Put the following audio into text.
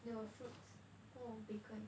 they were fruits full of bacon